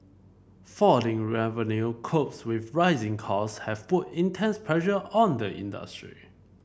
falling revenue couples with rising cost have put intense pressure on the industry